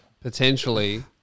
potentially